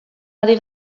ari